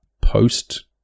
post